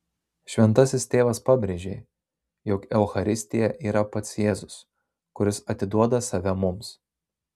šventasis tėvas pabrėžė jog eucharistija yra pats jėzus kuris atiduoda save mums